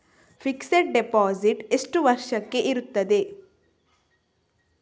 Fixed deposit ಎಷ್ಟು ವರ್ಷಕ್ಕೆ ಇರುತ್ತದೆ?